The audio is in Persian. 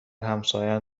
همساین